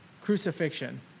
crucifixion